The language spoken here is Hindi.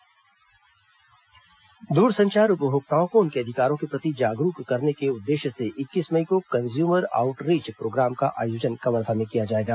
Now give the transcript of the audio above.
कन्ज्यूमर आऊटरीच प्रोग्राम दूरसंचार उपभोक्ताओं को उनके अधिकारों के प्रति जागरूक करने के उद्देश्य से इक्कीस मई को कन्ज्यूमर आऊटरीच प्रोग्राम का आयोजन कवर्धा में किया जाएगा